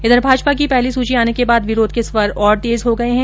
उधर भाजपा की पहली सूची आने के बाद विरोध के स्वर और तेज हो गये हैं